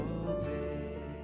obey